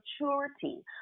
maturity